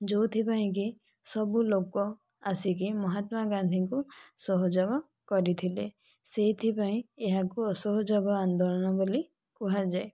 ଯେଉଁଥିପାଇଁକି ସବୁଲୋକ ଆସିକି ମହାତ୍ମା ଗାନ୍ଧୀଙ୍କୁ ସହଯୋଗ କରିଥିଲେ ସେଥିପାଇଁ ଏହାକୁ ଅସହଯୋଗ ଆନ୍ଦୋଳନ ବୋଲି କୁହାଯାଏ